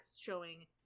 showing